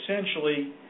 essentially